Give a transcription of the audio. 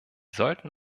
sollten